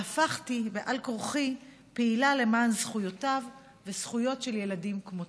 והפכתי בעל כורחי פעילה למען זכויותיו וזכויות ילדים כמותו.